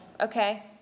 Okay